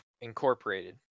incorporated